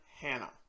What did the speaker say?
Hannah